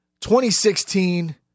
2016